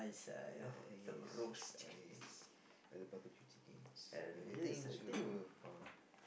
ya yes uh yes uh barbecue chickens the things you do for